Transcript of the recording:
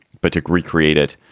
but to recreate it.